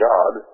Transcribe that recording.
God